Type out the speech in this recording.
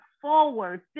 forward